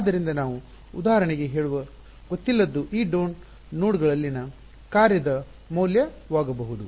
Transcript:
ಆದ್ದರಿಂದ ನಾವು ಉದಾಹರಣೆಗೆ ಹೇಳುವ ಗೊತ್ತಿಲ್ಲದ್ದು ಈ ನೋಡ್ಗಳಲ್ಲಿನ ಕಾರ್ಯದ ಮೌಲ್ಯವಾಗಬಹುದು